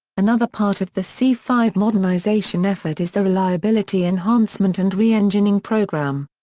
another part of the c five modernization effort is the reliability enhancement and re-engining program.